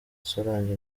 solange